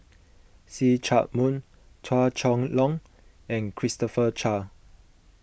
See Chak Mun Chua Chong Long and Christopher Chia